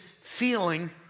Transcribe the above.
feeling